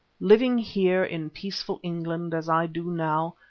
living here in peaceful england as i do now,